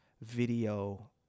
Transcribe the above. video